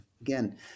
Again